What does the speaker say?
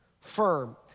Firm